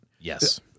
Yes